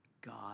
God